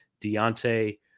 Deontay